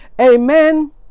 Amen